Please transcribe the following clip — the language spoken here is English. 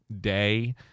day